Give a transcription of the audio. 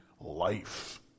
life